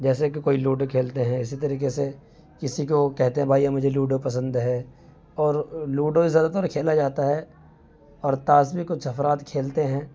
جیسے کہ کوئی لوڈو کھیلتے ہیں اسی طریقے سے کسی کو کہتے ہیں بھائی مجھے لوڈو پسند ہے اور لوڈو زیادہ تر کھیلا جاتا ہے اور تاش بھی کچھ افراد کھیلتے ہیں